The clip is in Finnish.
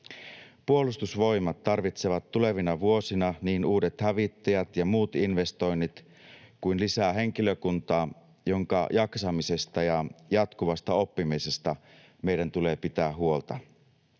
Puolustusvoimat tarvitsevat tulevina vuosina niin uudet hävittäjät ja muut investoinnit kuin lisää henkilökuntaa, jonka jaksamisesta ja jatkuvasta oppimisesta meidän tulee pitää huolta.